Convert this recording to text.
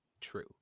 true